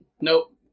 nope